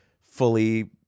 fully